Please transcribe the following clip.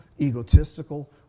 egotistical